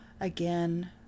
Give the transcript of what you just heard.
Again